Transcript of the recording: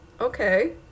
okay